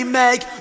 make